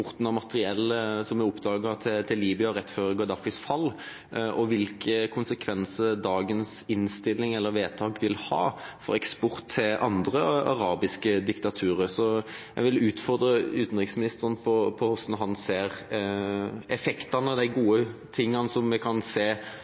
tatt av eksporten av materiell – som vi oppdaget – til Libya rett før Gaddafis fall, og hvilke konsekvenser dagens vedtak vil ha for eksport til andre arabiske diktaturer. Jeg vil utfordre utenriksministeren på hvordan han ser på effektene av de gode tingene som vi kan